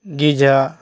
Giza